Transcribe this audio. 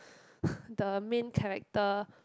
the main character